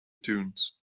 dunes